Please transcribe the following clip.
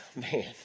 man